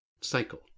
cycle